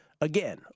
Again